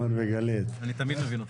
אני תמיד מבין אותך.